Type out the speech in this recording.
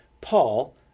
Paul